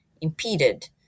impeded